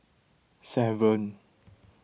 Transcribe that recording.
seven